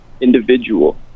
individual